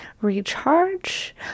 recharge